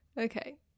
Okay